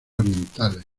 orientales